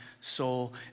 soul